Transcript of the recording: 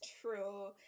true